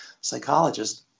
psychologist